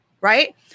right